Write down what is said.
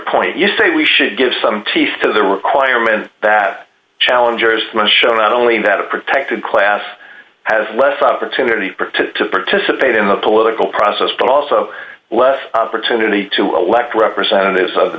point you say we should give some teeth to the requirement that challengers from a show not only that a protected class have less opportunity to participate in the political process but also less opportunity to elect representatives of